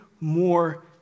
more